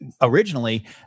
originally